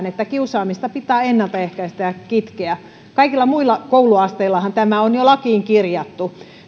että kiusaamista pitää ennaltaehkäistä ja kitkeä kaikilla muilla kouluasteillahan tämä on jo lakiin kirjattu